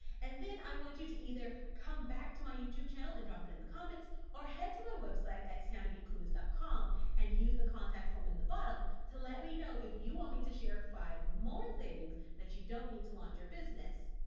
and then i want you to either come back to my youtube channel and drop it in the comments or head to my website at tianabclewis dot com and use the contact form in the bottom to let me know if you want me to share five more things that you don't need to launch your business.